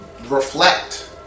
reflect